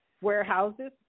warehouses